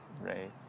Right